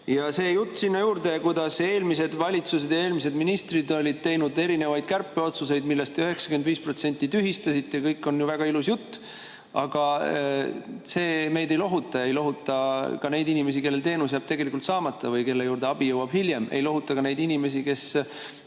Ja see jutt sinna juurde, kuidas eelmised valitsused ja eelmised ministrid olid teinud erinevaid kärpeotsuseid, millest te 95% tühistasite – kõik on ju väga ilus jutt, aga see meid ei lohuta ja ei lohuta ka neid inimesi, kellel teenus jääb tegelikult saamata või kelle juurde abi jõuab hiljem. Ei lohuta ka neid inimesi, kes